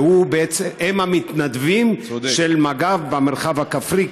שהם המתנדבים של מג"ב במרחב הכפרי,